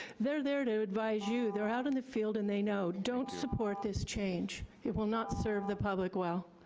they're there to advise you. they're out in the field and they know. don't support this change. it will not serve the public well.